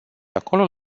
acolo